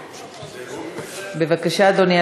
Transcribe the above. בבקשה, אדוני.